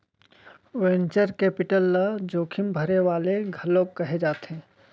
venture capital ल जोखिम भरे वाले घलोक कहे जाथे